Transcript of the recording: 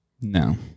No